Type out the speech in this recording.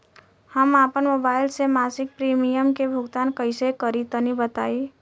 हम आपन मोबाइल से मासिक प्रीमियम के भुगतान कइसे करि तनि बताई?